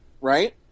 Right